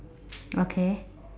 okay